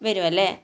വരുമല്ലേ